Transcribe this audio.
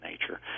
nature